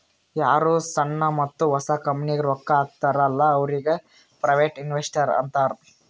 ಯಾರು ಸಣ್ಣು ಮತ್ತ ಹೊಸ ಕಂಪನಿಗ್ ರೊಕ್ಕಾ ಹಾಕ್ತಾರ ಅಲ್ಲಾ ಅವ್ರಿಗ ಪ್ರೈವೇಟ್ ಇನ್ವೆಸ್ಟರ್ ಅಂತಾರ್